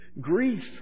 Grief